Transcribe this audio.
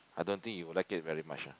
I don't think you would like it very much ah